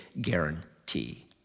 guarantee